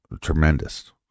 tremendous